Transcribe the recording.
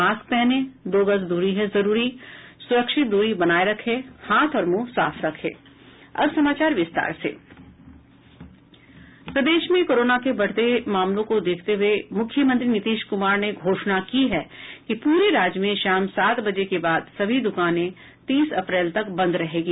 mask पहनें दो गज दूरी है जरूरी सुरक्षित दूरी बनाये रखें हाथ और मुंह साफ रखें अब समाचार विस्तार से प्रदेश में कोरोना के बढ़ते मामले को देखते हुए मुख्यमंत्री नीतीश कुमार ने घोषणा की है कि पूरे राज्य में शाम सात बजे के बाद सभी दुकानें तीस अप्रैल तक बंद रहेगी